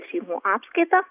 šeimų apskaitą